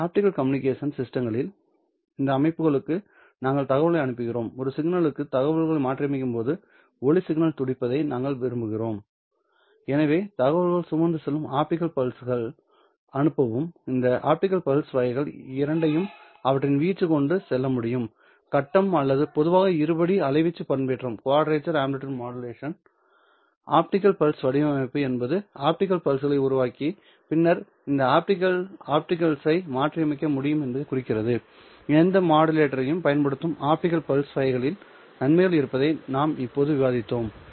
optical communication சிஸ்டங்களில் இந்த அமைப்புகளுக்கு நாங்கள் தகவல்களை அனுப்புகிறோம் ஒளி சிக்னல்களுக்கு தகவல்களை மாற்றியமைக்கும்போது ஒளி சிக்னல் துடிப்பதை நாங்கள் விரும்புகிறோம் எனவே தகவல்களைச் சுமந்து செல்லும் ஆப்டிகல் பல்ஸ்களை அனுப்பவும் இந்த ஆப்டிகல் பல்ஸ் வகைகள் இரண்டையும் அவற்றின் வீச்சு கொண்டு செல்ல முடியும் கட்டம் அல்லது பொதுவாக இருபடி அலைவீச்சு பண்பேற்றம் ஆப்டிகல் பல்ஸ் வடிவமைப்பது என்பது ஆப்டிகல் பல்ஸ்களை உருவாக்கி பின்னர் இந்த ஆப்டிகல் ஐ மாற்றியமைக்க முடியும் என்பதைக் குறிக்கிறது எந்த மாடுலேட்டரையும் பயன்படுத்தும் ஆப்டிகல் பல்ஸ் வகைகளில் நன்மைகள் இருப்பதை நாம் இப்போது விவாதித்தோம்